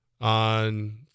on